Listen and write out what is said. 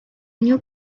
new